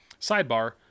Sidebar